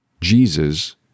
Jesus